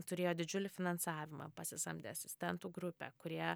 turėjo didžiulį finansavimą pasisamdė asistentų grupę kurie